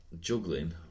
juggling